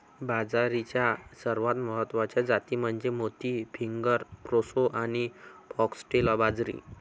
बाजरीच्या सर्वात महत्वाच्या जाती म्हणजे मोती, फिंगर, प्रोसो आणि फॉक्सटेल बाजरी